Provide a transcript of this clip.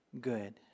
good